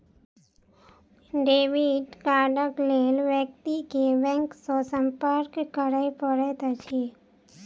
debit कार्डक लेल व्यक्ति के बैंक सॅ संपर्क करय पड़ैत अछि